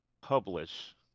publish